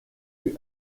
eut